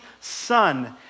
son